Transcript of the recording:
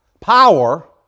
Power